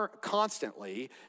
constantly